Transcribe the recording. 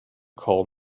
call